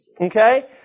Okay